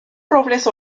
robles